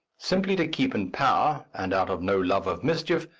simply to keep in power, and out of no love of mischief,